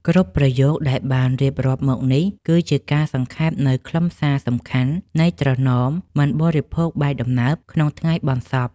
គ្រប់ប្រយោគដែលបានរៀបរាប់មកនេះ គឺជាការសង្ខេបនូវខ្លឹមសារសំខាន់នៃត្រណមមិនបរិភោគបាយដំណើបក្នុងថ្ងៃបុណ្យសព។